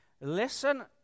Listen